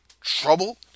trouble